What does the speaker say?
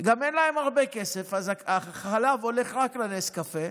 אין להם הרבה כסף, אז החלב הולך רק לנס קפה,